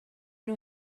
nhw